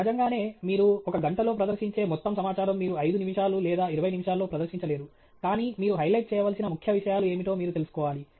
సహజంగానే మీరు ఒక గంటలో ప్రదర్శించే మొత్తం సమాచారం మీరు 5 నిమిషాలు లేదా 20 నిమిషాల్లో ప్రదర్శించలేరు కానీ మీరు హైలైట్ చేయవలసిన ముఖ్య విషయాలు ఏమిటో మీరు తెలుసుకోవాలి